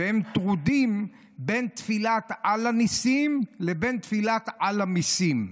והן טרודות בין תפילת "על הניסים" לבין תפילת "על המיסים".